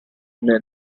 nel